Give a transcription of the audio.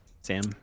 Sam